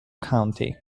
county